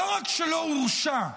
שלא רק שלא הורשע,